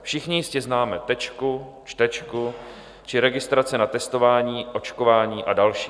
Všichni jistě známe Tečku, Čtečku či registrace na testování, očkování a další.